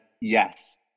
yes